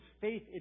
faith